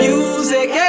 Music